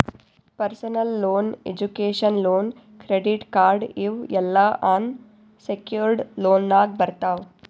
personal loan, education loan, credit card ಇವ್ ಎಲ್ಲಾ unsecured ಲೋನ್ನಾಗ್ ಬರ್ತಾವ್